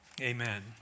Amen